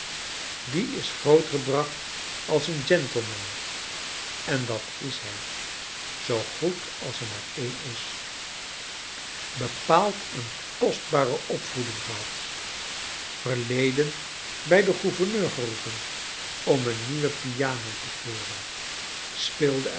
die is grootgebracht als een gentleman en dat is hij zoo goed als er maar een is bepaa ld een kostbare opvoeding gehad verleden bij den gouvernenr geroepen om een nieuwe piano te keuren speelde